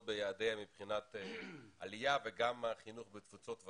ביעדיה מבחינת עלייה וגם החינוך בתפוצות.